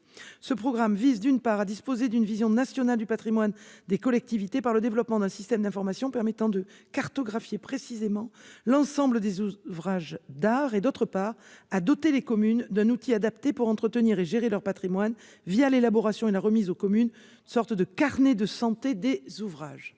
Ce programme vise, d'une part, à disposer d'une vision nationale du patrimoine des collectivités le développement d'un système d'information permettant de cartographier précisément l'ensemble des ouvrages d'art, d'autre part, à doter les communes d'un outil adapté pour entretenir et gérer leur patrimoine l'élaboration et la remise aux communes d'une sorte de carnet de santé des ouvrages.